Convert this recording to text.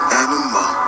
animal